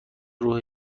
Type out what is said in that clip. روح